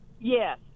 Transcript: Yes